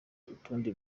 utundi